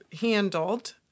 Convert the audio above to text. handled